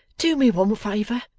do me one favour.